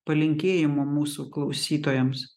palinkėjimo mūsų klausytojams